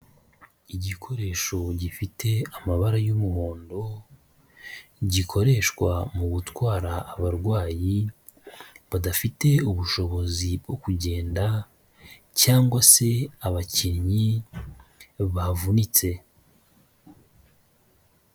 Igikoresho gifite amabara y'umuhondo, gikoreshwa mu gutwara abarwayi badafite ubushobozi bwo kugenda cyangwa se abakinnyi bavunitse.